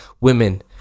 women